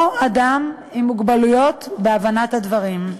או אדם עם מוגבלויות בהבנת הדברים.